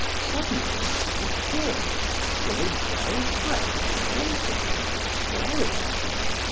suddenly before him stood a well-dressed gentleman staring at him.